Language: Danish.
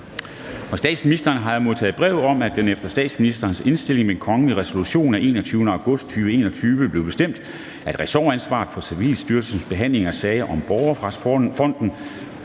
statsministeren har jeg modtaget brev om, at det efter statsministerens indstilling ved kongelig resolution af 21. august 2021 blev bestemt, at ressortansvaret for Civilstyrelsens behandling af en sag om Borgerretsfondens